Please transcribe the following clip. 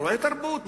אירועי תרבות.